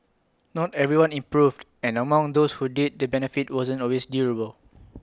not everyone improved and among those who did the benefit wasn't always durable